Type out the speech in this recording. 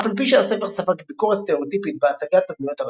אף על פי שהספר ספג ביקורת סטריאוטיפיות בהצגת הדמויות הראשיות,